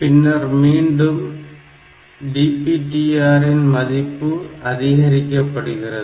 பின்னர் மீண்டும் DPTR இன் மதிப்பு அதிகரிக்கப்படுகிறது